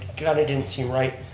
but didn't seem right,